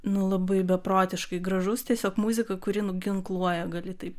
nu labai beprotiškai gražus tiesiog muzika kuri nuginkluoja gali taip